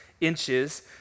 inches